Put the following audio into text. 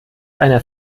einer